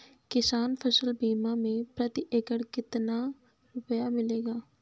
किसान फसल बीमा से प्रति एकड़ कितना रुपया मिलेगा?